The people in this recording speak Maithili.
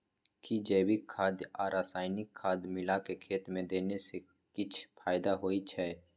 कि जैविक खाद आ रसायनिक खाद मिलाके खेत मे देने से किछ फायदा होय छै?